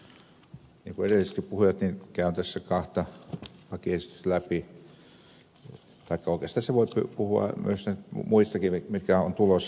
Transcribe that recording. niin kuin edellisetkin puhujat käyn tässä kahta lakiesitystä läpi tai oikeastaan voi puhua muistakin työttömien asioista mitkä ovat tulossa